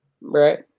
Right